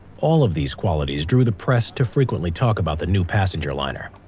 all of these qualities drew the press to frequently talk about the new passenger liner.